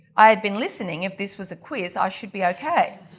i had been listening if this was a quiz i should be ok.